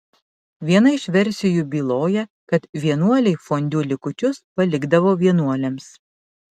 viena iš versijų byloja kad vienuoliai fondiu likučius palikdavo vienuolėms